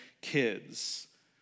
kids